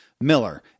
Miller